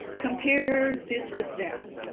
compare this with that